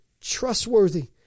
trustworthy